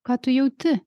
ką tu jauti